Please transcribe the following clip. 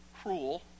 cruel